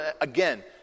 Again